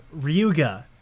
Ryuga